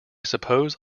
suppose